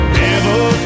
devil